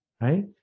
right